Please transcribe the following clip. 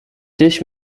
this